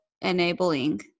enabling